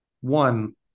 one